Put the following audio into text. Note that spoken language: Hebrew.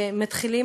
שמתחילים,